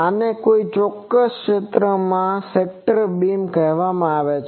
આને કોઈ ચોક્કસ ક્ષેત્રમાં સેક્ટર બીમ કહેવામાં આવે છે